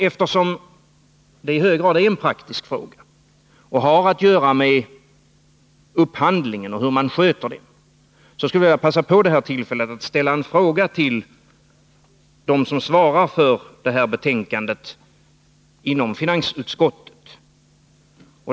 Eftersom detta i hög grad är en praktisk fråga och har att göra med upphandlingen och hur man sköter den skulle jag vilja passa på det här tillfället att ställa en fråga till dem inom finansutskottet som svarar för det betänkande vi nu behandlar.